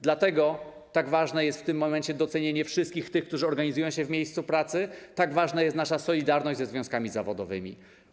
Dlatego tak ważne jest w tym momencie docenienie wszystkich tych, którzy organizują się w miejscu pracy, tak ważna jest nasza solidarność ze związkami zawodowymi.